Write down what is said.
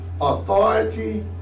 Authority